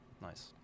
Nice